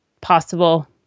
possible